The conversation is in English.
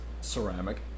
ceramic